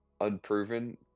Unproven